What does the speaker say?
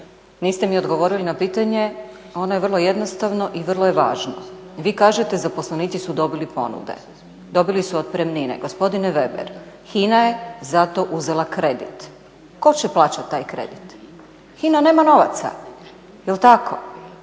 niste mi odgovorili na pitanje, a ono je vrlo jednostavno i vrlo je važno. Vi kažete zaposlenici su dobili ponude, dobili su otpremnine. Gospodine Veber HINA je za to uzela kredit. Tko će plaćati taj kredit? HINA nema novaca jel' tako?